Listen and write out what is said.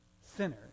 sinner